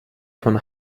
von